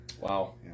Wow